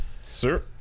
Sir